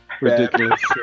Ridiculous